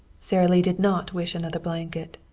sara lee did not wish another blanket.